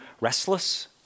restless